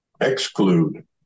exclude